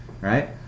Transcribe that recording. right